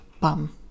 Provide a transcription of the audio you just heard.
bum